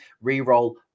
re-roll